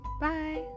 Bye